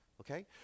Okay